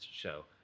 show